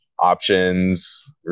options